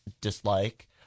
dislike